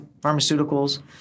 Pharmaceuticals